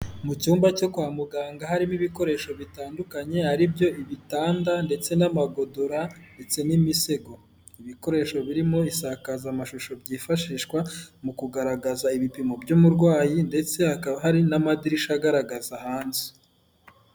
Mu cyumba cyo kwa muganga harimo ibikoresho bitandukanye ari byo ibitanda ndetse n'amagodora, ndetse n'imisego. Ibikoresho birimo isakazamashusho byifashishwa mu kugaragaza ibipimo by'umurwayi ndetse hakaba hari n'amadirishya agaragaza hanze.